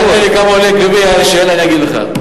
שאל אותי כמה עולה גביע אשל, אני אגיד לך.